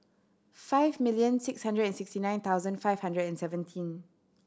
five million six hundred and sixty nine thousand five hundred and seventeen